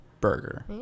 burger